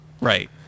right